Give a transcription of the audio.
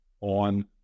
on